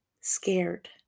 scared